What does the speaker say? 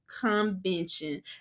Convention